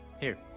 here,